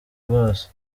rwose